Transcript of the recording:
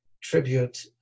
tribute